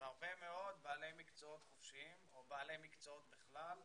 והרבה מאוד בעלי מקצועות חופשיים או בעלי מקצועות בכלל.